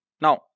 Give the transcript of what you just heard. Now